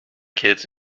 kids